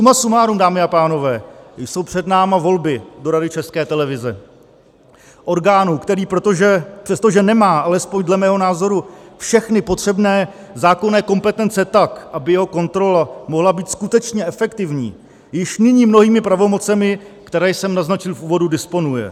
Suma sumárum, dámy a pánové, jsou před námi volby do Rady České televize, orgánu, který, přestože nemá, alespoň dle mého názoru, všechny potřebné zákonné kompetence, tak aby jeho kontrola mohla být skutečně efektivní, již nyní mnohými pravomocemi, které jsem naznačil v úvodu, disponuje.